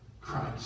Christ